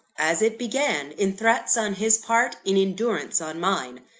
as it began in threats on his part, in endurance on mine.